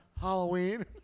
Halloween